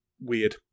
weird